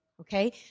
okay